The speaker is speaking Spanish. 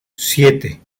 siete